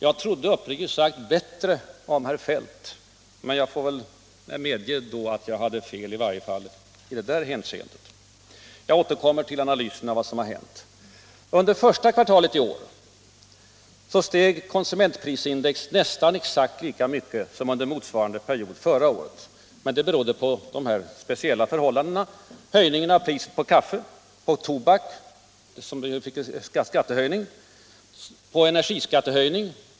Jag trodde uppriktigt sagt bättre om herr Feldt, men jag får väl medge att jag hade fel, i varje fall i det här hänseendet. Jag återkommer till analysen av vad som har hänt. Under första kvartalet i år steg konsumentprisindex nästan exakt lika mycket som under motsvarande period förra året. Men det berodde på speciella förhållanden. Vi fick en höjning av priset på kaffe samt en höjning av skatten på tobak och energi.